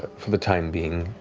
for the time being,